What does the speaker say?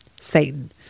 Satan